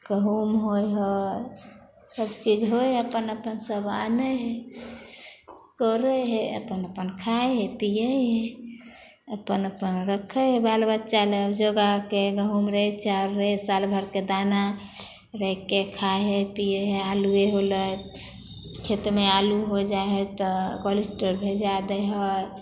गहूम होइ हइ सबचीज होइ हइ अपन अपनसब आनै हइ करै हइ अपन अपन खाइ हइ पिए हइ अपन अपन रखै हइ बाल बच्चालए जोगाके गहूम रे चाउर रे साल भरिके दाना रखिके खाइ हइ पिए हइ आलुए होलै खेतमे आलू हो जाइ हइ तऽ कोल्ड स्टोर भेजा दै हइ